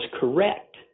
correct